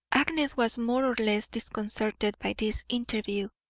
agnes was more or less disconcerted by this interview.